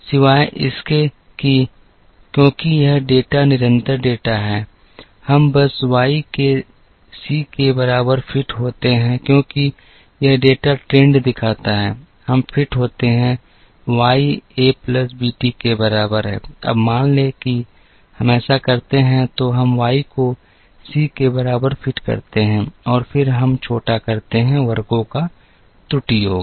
सिवाय इसके कि क्योंकि यह डेटा निरंतर डेटा है हम बस Y के C के बराबर फिट होते हैं और क्योंकि यह डेटा ट्रेंड दिखाता है हम फिट होते हैं Y एक प्लस bt के बराबर है अब मान लें कि हम ऐसा करते हैं तो हम Y को C के बराबर फिट करते हैं और फिर हम छोटा करते हैं वर्गों का त्रुटि योग